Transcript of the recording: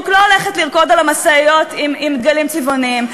לא הולכת לרקוד על המשאיות עם דגלים צבעוניים,